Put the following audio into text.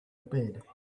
bed